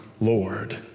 Lord